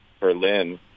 Berlin